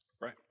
right